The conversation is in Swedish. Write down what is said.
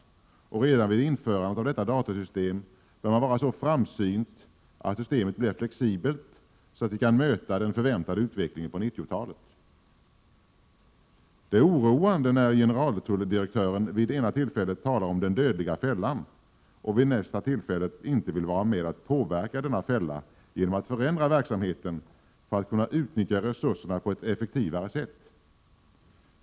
Redan vid införandet av detta datasystem bör man vara framsynt och se till att systemet blir så flexibelt att vi kan möta den utveckling som förväntas på 90-talet. Det är oroande att generaldirektören vid ett tillfälle talar om den dödliga fällan och vid ett annat tillfälle inte vill vara med om att påverka denna fälla genom att förändra verksamheten så, att resurserna kan utnyttjas på ett effektivare sätt.